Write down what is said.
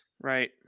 Right